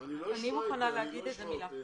אני לא אשמע אותם.